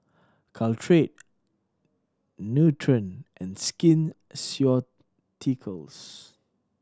Caltrate Nutren and Skin Ceuticals